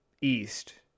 East